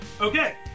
Okay